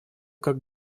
как